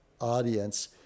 audience